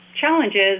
challenges